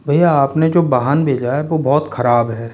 भैया आप ने जो वाहन भेजा है वो बहुत ख़राब है